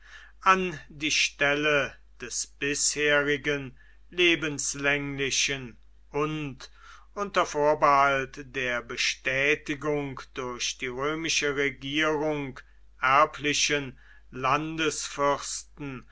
an die stelle des bisherigen lebenslänglichen und unter vorbehalt der bestätigung durch die römische regierung erblichen